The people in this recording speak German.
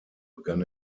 begann